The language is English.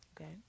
Okay